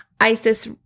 isis